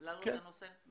כן.